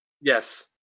Yes